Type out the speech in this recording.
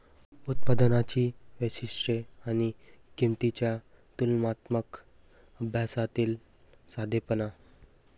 उत्पादनांची वैशिष्ट्ये आणि किंमतींच्या तुलनात्मक अभ्यासातील साधेपणा